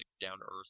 down-to-earth